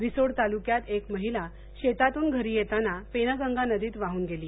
रिसोड तालुक्यात एक महिला शेतातून घरी येतांना पेनगंगा नदीत वाहून गेली